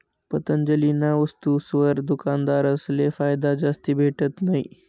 पतंजलीना वस्तुसवर दुकानदारसले फायदा जास्ती भेटत नयी